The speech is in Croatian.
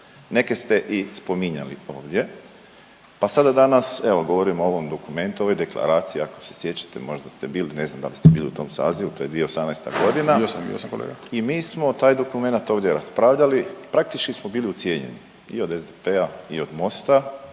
Neke ste i spominjali ovdje. Pa sada danas evo govorimo o ovom dokumentu ovoj deklaraciji ako se sjećate možda ste bili ne znam da li ste bili u tom sazivu to je 2018. godina …/Upadica: Bio sam, bio sam./… i mi smo taj dokumenat ovdje raspravljali, praktički smo bili ucijenjeni i od SDP-a i od MOST-a